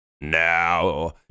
now